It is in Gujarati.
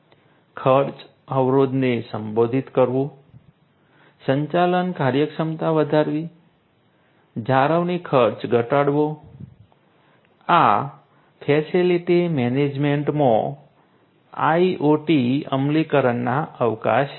ખર્ચ અવરોધને સંબોધિત કરવું સંચાલન કાર્યક્ષમતા વધારવી જાળવણી ખર્ચ ઘટાડવો આ ફેસિલિટી મેનેજમેન્ટમાં IoT અમલીકરણના અવકાશ છે